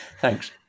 Thanks